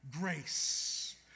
grace